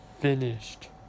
finished